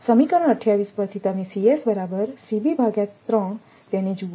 સમીકરણ 28 પરથી તમે બરાબર તેને જુઓ